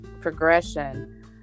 progression